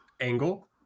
angle